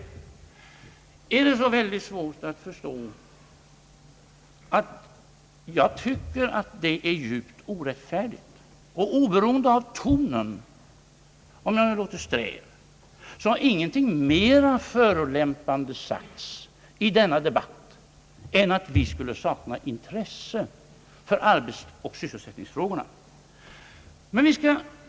Är det så svårt att förstå att jag finner det djupt orättfärdigt — oberoende av tonen, om jag nu låter sträv. Ingenting mera förolämpande har sagts i denna debatt än att vi skulle sakna intresse för arbetsoch sysselsättningsfrågorna.